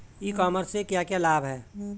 ई commerce से क्या क्या लाभ हैं?